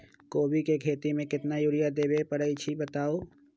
कोबी के खेती मे केतना यूरिया देबे परईछी बताई?